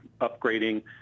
upgrading